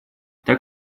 так